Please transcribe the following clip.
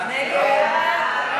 של קבוצת סיעת מרצ